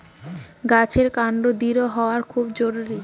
গাছের কান্ড দৃঢ় হওয়া খুব জরুরি